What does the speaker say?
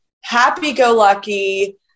happy-go-lucky